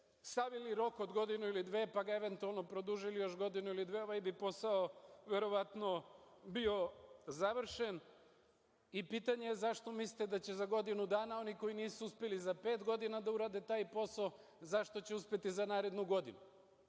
stavili rok od godinu ili dve, pa ga eventualno produžili još godinu ili dve, ovaj bi posao verovatno bio završen. Pitanje je zašto mislite da će za godinu dana oni koji nisu uspeli za pet godina da urade taj posao, zašto će uspeti za narednu godinu?